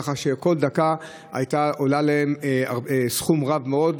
כך שכל דקה הייתה עולה להם סכום רב מאוד,